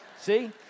See